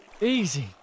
Easy